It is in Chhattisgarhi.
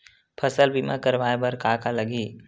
फसल बीमा करवाय बर का का लगही?